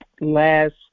last